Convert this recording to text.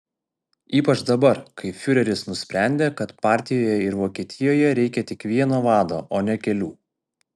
ypač dabar kai fiureris nusprendė kad partijoje ir vokietijoje reikia tik vieno vado o ne kelių